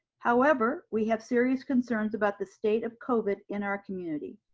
however, we have serious concerns about the state of covid in our community.